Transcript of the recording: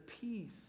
peace